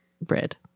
bread